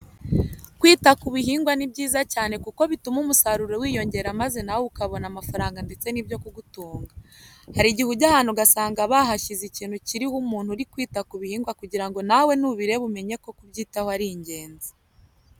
Kwita ku bihingwa ni byiza cyane kuko bituma umusaruro wiyongera maze nawe ukabona amafaranga ndetse n'ibyo kugutunga. Hari igihe ujya ahantu ugasanga bahashyize ikintu kiriho umuntu uri kwita ku bihingwa kugira ngo nawe nubireba umenye ko kubyitaho ari ingenzi.